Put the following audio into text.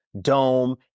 dome